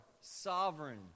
sovereign